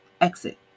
exit